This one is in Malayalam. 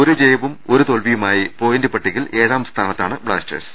ഒരു ജയവും ഒരു തോൽവിയുമായി പോയിന്റ് പട്ടികയിൽ ഏഴാംസ്ഥാനത്താണ് ബ്ലാസ്റ്റേഴ്സ്